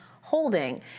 holding